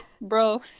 bro